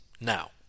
now